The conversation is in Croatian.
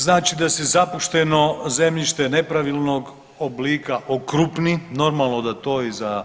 Znači da se zapušteno zemljište nepravilnog oblika okrupni, normalno da to i za